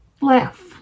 Laugh